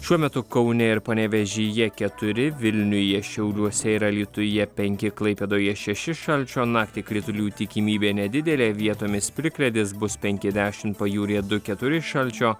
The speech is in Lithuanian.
šiuo metu kaune ir panevėžyje keturi vilniuje šiauliuose ir alytuje penki klaipėdoje šeši šalčio naktį kritulių tikimybė nedidelė vietomis plikledis bus penki dešimt pajūryje du keturi šalčio